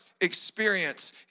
experience